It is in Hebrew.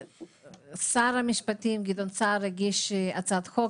שר המשפטים גדעון סער הגיש הצעת חוק.